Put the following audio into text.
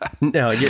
No